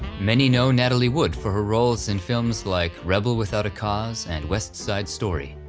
many know natalie wood for her roles in films like rebel without a cause, and west side story,